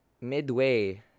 midway